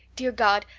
dear god,